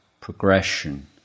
progression